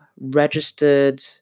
registered